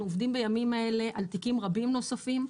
אנחנו עובדים בימים אלה על תיקים רבים נוספים,